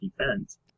defense